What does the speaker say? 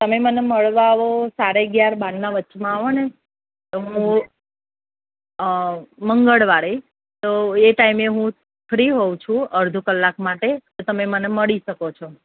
તમે મને મળવા આવો સાડા અગિયાર બારના વચમાં આવો ને તો હુ અ મંગળવારે તો એ ટાઈમે હું ફ્રી હોઉં છું અડધો કલાક માટે તો તમે મને મળી શકો છો